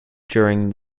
during